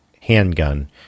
handgun